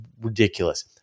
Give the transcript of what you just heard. ridiculous